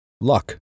luck